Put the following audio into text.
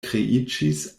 kreiĝis